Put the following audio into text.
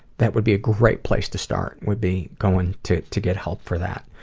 that would be a great place to start. would be going to to get help for that.